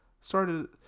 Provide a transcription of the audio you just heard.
Started